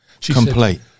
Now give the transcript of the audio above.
Complete